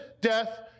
death